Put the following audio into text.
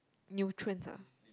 nutrients ah